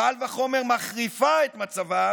קל וחומר מחריפה את המצב,